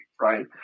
right